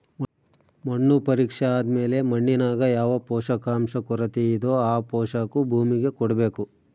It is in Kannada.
ಮಣ್ಣು ಪರೀಕ್ಷೆ ಆದ್ಮೇಲೆ ಮಣ್ಣಿನಾಗ ಯಾವ ಪೋಷಕಾಂಶ ಕೊರತೆಯಿದೋ ಆ ಪೋಷಾಕು ಭೂಮಿಗೆ ಕೊಡ್ಬೇಕು